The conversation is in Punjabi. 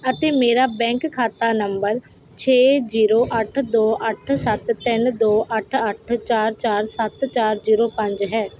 ਅਤੇ ਮੇਰਾ ਬੈਂਕ ਖਾਤਾ ਨੰਬਰ ਛੇ ਜੀਰੋ ਅੱਠ ਦੋ ਅੱਠ ਸੱਤ ਤਿੰਨ ਦੋ ਅੱਠ ਅੱਠ ਚਾਰ ਚਾਰ ਸੱਤ ਚਾਰ ਜੀਰੋ ਪੰਜ ਹੈ